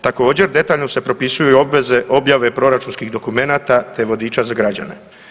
Također, detaljno se propisuju obveze objave proračunskih dokumenata te vodiča za građane.